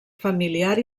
familiar